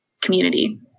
community